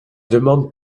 demandent